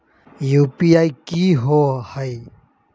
UPI कि होअ हई?